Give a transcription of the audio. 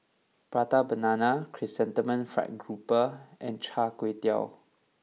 Prata Banana Chrysanthemum Fried Garoupa and Char Kway Teow